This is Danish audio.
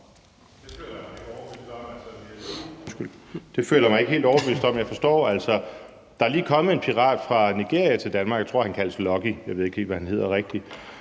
Det føler jeg mig ikke helt overbevist om. Altså, der er lige kommet en pirat fra Nigeria til Danmark – jeg tror, han kaldes Lucky, jeg ved ikke lige, hvad han rigtigt